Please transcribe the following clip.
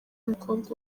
n’umukobwa